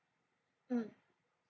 mm